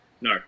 No